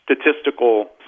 statistical